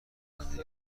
زندگی